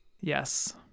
Yes